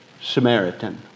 Samaritan